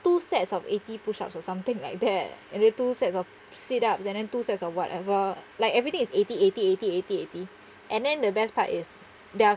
two sets of eighty push ups or something like that and then two sets of sit ups and then two sets of whatever like everything is eighty eighty eighty eighty eighty and then the best part is they're